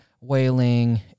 wailing